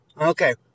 Okay